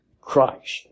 Christ